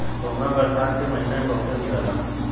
घोंघा बरसात के महिना में बहुते मिलला